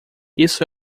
isso